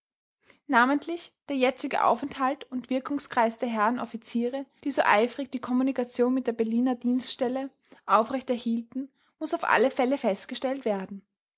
namentlich der jetzige aufenthalt und wirkungskreis der herren offiziere die so eifrig die kommunikation mit der berliner dienststelle aufrecht erhielten muß auf alle fälle festgestellt werden